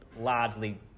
largely